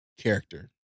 character